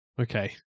Okay